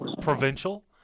provincial